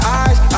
eyes